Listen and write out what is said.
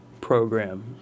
program